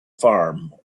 farm